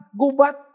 gubat